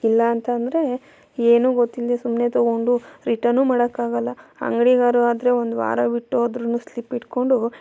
ಇಲ್ಲ ಅಂತ ಅಂದ್ರೆ ಏನೂ ಗೊತ್ತಿಲ್ಲದೆ ಸುಮ್ಮನೆ ತಗೊಂಡು ರಿಟನು ಮಾಡೋಕ್ಕಾಗಲ್ಲ ಅಂಗ್ಡಿಗಾದ್ರೂ ಆದರೆ ಒಂದು ವಾರ ಬಿಟ್ಟು ಹೋದ್ರೂ ಸ್ಲಿಪ್ ಹಿಡ್ಕೊಂಡು